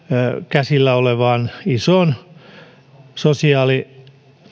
käsillä olevaan isoon